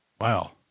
Wow